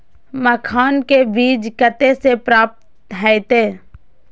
मखान के बीज कते से प्राप्त हैते?